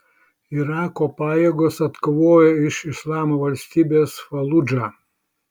irako pajėgos atkovojo iš islamo valstybės faludžą